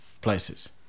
places